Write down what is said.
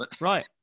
Right